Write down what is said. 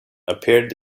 appeared